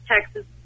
Texas